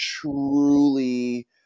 truly